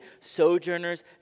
sojourner's